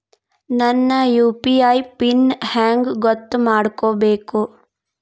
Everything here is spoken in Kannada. ನನ್ನ ಯು.ಪಿ.ಐ ಪಿನ್ ಹೆಂಗ್ ಗೊತ್ತ ಮಾಡ್ಕೋಬೇಕು?